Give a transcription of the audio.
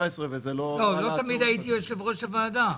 17'- -- לא תמיד הייתי יושב-ראש הוועדה.